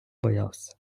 боявся